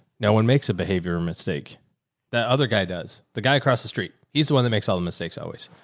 no one makes a behavior mistake that other guy does the guy across the street. he's the one that makes all the mistakes always,